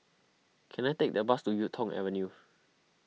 can I take a bus to Yuk Tong Avenue